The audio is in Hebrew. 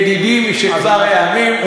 ידידי משכבר הימים,